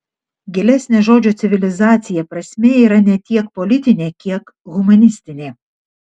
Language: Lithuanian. gilesnė žodžio civilizacija prasmė yra ne tiek politinė kiek humanistinė